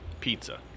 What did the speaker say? pizza